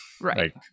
Right